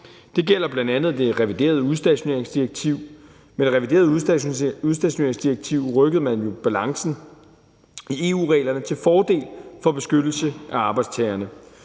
Det gælder bl.a. det reviderede udstationeringsdirektiv. Med det reviderede udstationeringsdirektiv rykkede man jo på balancen i EU-reglerne til fordel for beskyttelse af arbejdstagerne.